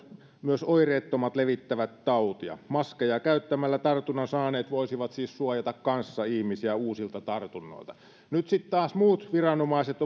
myös oireettomat levittävät tautia maskeja käyttämällä tartunnan saaneet voisivat siis suojata kanssaihmisiä uusilta tartunnoilta nyt sitten taas muut viranomaiset